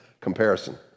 comparison